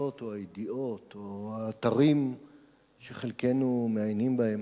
או הידיעות או האתרים שחלקנו מעיינים בהם